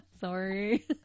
sorry